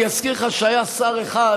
אני אזכיר לך שהיה שר אחד